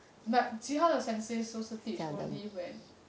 but 其他的 sensei 都是 teach only when